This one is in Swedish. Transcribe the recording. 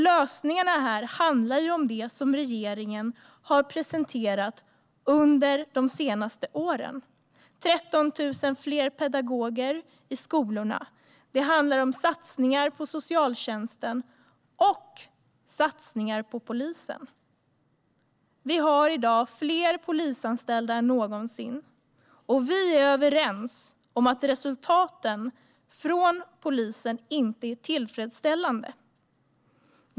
Lösningarna handlar ju om det som regeringen under de senaste åren har presenterat: 13 000 fler pedagoger i skolorna, satsningar på socialtjänsten och satsningar på polisen. Det finns i dag fler polisanställda än någonsin. Vi är överens om att polisens resultat inte är tillfredsställande.